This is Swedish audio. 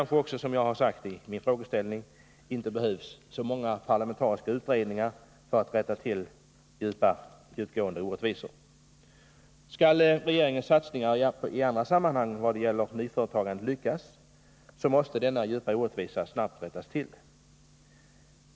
Som jag har sagt i min interpellation kanske det inte behövs så många parlamentariska utredningar för att rätta till djupgående orättvisor. Skall regeringens satsningar i andra sammanhang vad gäller nyföretagande lyckas, måste dessa djupa orättvisor snabbt rättas till.